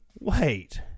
wait